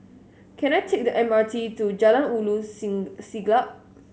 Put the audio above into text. can I take the M R T to Jalan Ulu Siglap